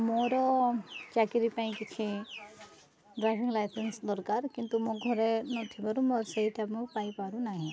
ମୋର ଚାକିରୀ ପାଇଁ କିଛି ଡ୍ରାଇଭିଂ ଲାଇସେନ୍ସ ଦରକାର କିନ୍ତୁ ମୁଁ ଘରେ ନଥିବାରୁ ମୋ ସେଇଟା ମୁଁ ପାଇପାରୁନାହିଁ